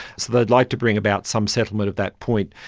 so they'd like to bring about some settlement at that point.